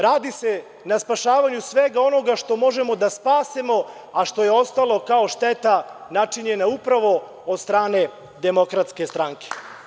Radi se na spašavanju svega onoga što možemo da spasemo, a što je ostalo kao šteta načinjena upravo od strane Demokratske stranke.